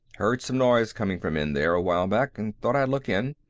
heard some noise coming from in there a while back, and thought i'd look in.